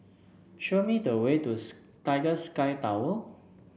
show me the way to Sky Tower